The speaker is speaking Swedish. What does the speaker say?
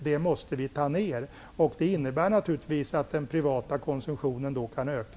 Det måste vi minska, och det innebär givetvis att den privata konsumtionen kan öka.